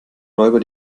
räuber